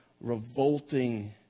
revolting